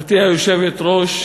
גברתי היושבת-ראש,